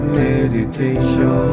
meditation